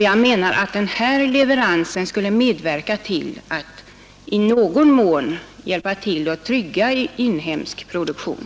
Jag menar att den här leveransen skulle medverka till att i någon mån hjälpa till att trygga inhemsk produktion.